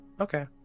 Okay